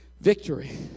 Victory